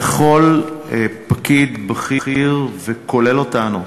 לכל פקיד בכיר, כולל אותנו,